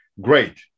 Great